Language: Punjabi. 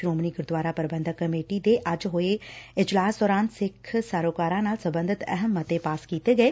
ਸ੍ਰੋਮਣੀ ਗੁਰਦੁਆਰਾ ਪ੍ਰਬੰਧਕ ਕਮੇਟੀ ਦੇ ਅੱਜ ਹੋਏ ਜਨਰਲ ਇਜਲਾਸ ਦੌਰਾਨ ਸਿੱਖ ਸਰੋਕਾਰਾ ਨਾਲ ਸਬੰਧਤ ਅਹਿਮ ਮਤੇ ਪਾਸ ਕੀਤੇ ਗਏ